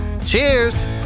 Cheers